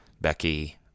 Becky